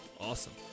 Awesome